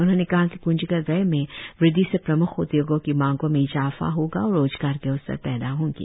उन्होंने कहा कि प्रंजीगत व्यय में वृद्धि से प्रम्ख उदयोगों की मांगों में इजाफा होगा और रोजगार के अवसर पैदा होंगे